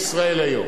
"ישראל היום",